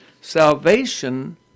Salvation